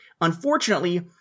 Unfortunately